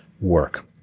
work